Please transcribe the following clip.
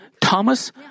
Thomas